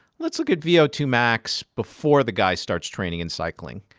let's look at v o two max before the guy starts training and cycling,